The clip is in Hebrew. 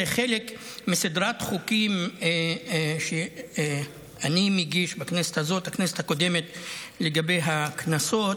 זה חלק מסדרת חוקים שאני מגיש בכנסת הזאת ובכנסת הקודמת לגבי הקנסות,